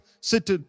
sit